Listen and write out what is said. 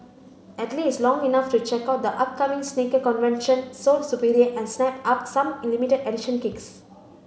at least long enough to check out the upcoming sneaker convention Sole Superior and snap up some limited edition kicks